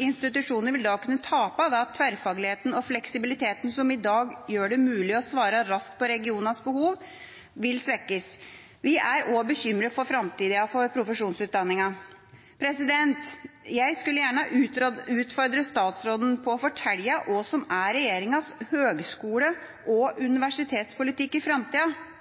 institusjoner vil da kunne tape ved at tverrfagligheten og fleksibiliteten som i dag gjør det mulig å svare raskt på regionenes behov, vil svekkes. Vi er også bekymret for framtida for profesjonsutdanningene. Jeg skulle gjerne utfordret statsråden på å fortelle hva som er regjeringas høgskole- og universitetspolitikk i framtida.